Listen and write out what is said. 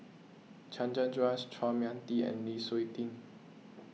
Chandra Das Chua Mia Tee and Lu Suitin